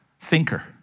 thinker